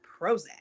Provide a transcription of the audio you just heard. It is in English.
Prozac